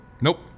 Nope